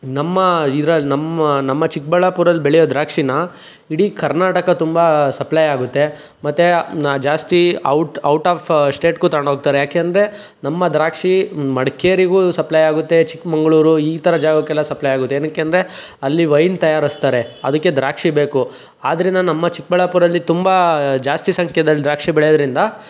ನಮ್ಮ ಇದ್ರಲ್ಲಿ ನಮ್ಮ ನಮ್ಮ ಚಿಕ್ಕಬಳ್ಳಾಪುರಲ್ ಬೆಳೆಯೋ ದ್ರಾಕ್ಷಿನ ಇಡೀ ಕರ್ನಾಟಕ ತುಂಬ ಸಪ್ಲೈ ಆಗುತ್ತೆ ಮತ್ತು ಜಾಸ್ತಿ ಔಟ್ ಔಟ್ ಆಫ್ ಸ್ಟೇಟ್ಗೂ ತಗೊಂಡು ಹೋಗ್ತರೆ ಯಾಕೆಂದರೆ ನಮ್ಮ ದ್ರಾಕ್ಷಿ ಮಡಿಕೇರಿಗೂ ಸಪ್ಲೈ ಆಗುತ್ತೆ ಚಿಕ್ಕಮಂಗ್ಳೂರು ಈ ಥರ ಜಾಗಕ್ಕೆಲ್ಲ ಸಪ್ಲೈ ಆಗುತ್ತೆ ಏನಕ್ಕೆ ಅಂದರೆ ಅಲ್ಲಿ ವೈನ್ ತಯಾರಿಸ್ತಾರೆ ಅದಕ್ಕೆ ದ್ರಾಕ್ಷಿ ಬೇಕು ಆದ್ರಿಂದ ನಮ್ಮ ಚಿಕ್ಕಬಳ್ಳಾಪುರಲ್ಲಿ ತುಂಬ ಜಾಸ್ತಿ ಸಂಖ್ಯೆದಲ್ ದ್ರಾಕ್ಷಿ ಬೆಳೆಯೋದರಿಂದ